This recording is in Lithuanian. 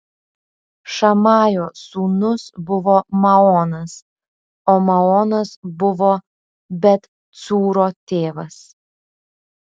šamajo sūnus buvo maonas o maonas buvo bet cūro tėvas